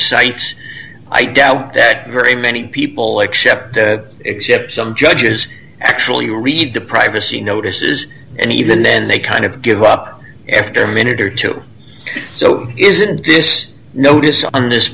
sites i doubt that very many people except except some judges actually read the privacy notices and even then they kind of give up after a minute or two so isn't this notice on this